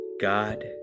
God